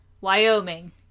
Wyoming